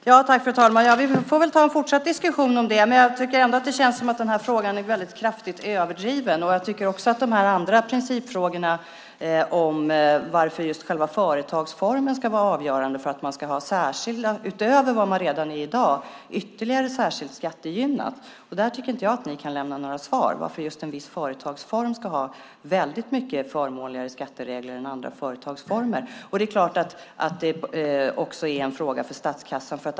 Fru talman! Vi får väl ta en fortsatt diskussion om det. Men jag tycker ändå att det känns som att det här problemet är kraftigt överdrivet. När det gäller varför själva företagsformen ska vara avgörande för att man ska vara ytterligare särskilt skattegynnad utöver vad man är i dag, tycker jag inte att ni kan lämna några svar. Varför ska en viss företagsform ha väldigt mycket förmånligare skatteregler än andra företagsformer? Det är klart att det också är en fråga för statskassan.